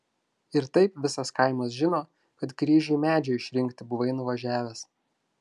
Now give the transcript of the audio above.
ir taip visas kaimas žino kad kryžiui medžio išrinkti buvai nuvažiavęs